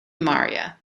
maria